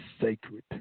sacred